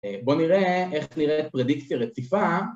בואו נראה איך נראית פרדיקציה רציפה